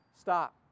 stop